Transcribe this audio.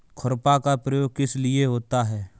खुरपा का प्रयोग किस लिए होता है?